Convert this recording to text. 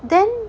then